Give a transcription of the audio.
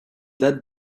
date